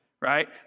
right